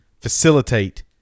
facilitate